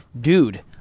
dude